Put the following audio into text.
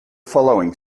following